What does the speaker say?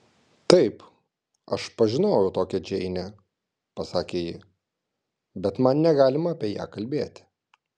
taip aš pažinojau tokią džeinę pasakė ji bet man negalima apie ją kalbėti